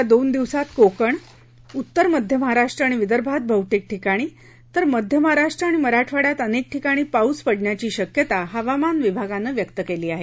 येत्या दोन दिवसात कोकण उत्तर मध्य महाराष्ट्र आणि विदर्भात बहतेक ठिकाणी तर मध्य महाराष्ट्र आणि मराठवाङ्यात अनेक ठिकाणी पाऊस पडण्याची शक्यता हवामान विभागानं व्यक्त केली आहे